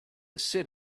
sit